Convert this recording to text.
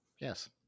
yes